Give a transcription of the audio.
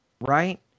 right